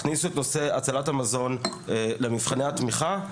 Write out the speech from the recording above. הכניסו את נושא הצלת המזון למבחני התמיכה,